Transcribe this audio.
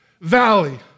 valley